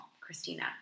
Christina